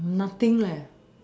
nothing leh